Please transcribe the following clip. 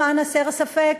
למען הסר ספק,